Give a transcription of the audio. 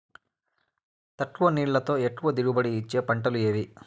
తక్కువ నీళ్లతో ఎక్కువగా దిగుబడి ఇచ్చే పంటలు ఏవి?